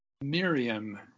Miriam